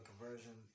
conversion